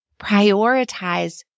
Prioritize